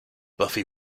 buffy